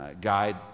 guide